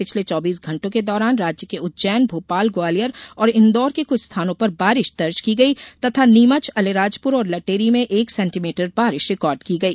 पिछले चौबीस घंटों के दौरान राज्य के उज्जैन भोपाल ग्वालियर और इंदौर के कुछ स्थानों पर बारिश दर्ज की गई तथा नीमच अलिराजपुर और लटेरी में एक सेंटीमीटर बारिश रिकार्ड की गई